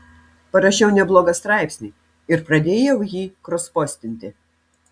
parašiau neblogą straipsnį ir pradėjau jį krospostinti